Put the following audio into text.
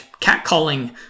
catcalling